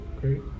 Great